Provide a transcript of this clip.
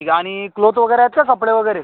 ठीक आहे आणि क्लोथ वगैरे आहेत का कपडे वगैरे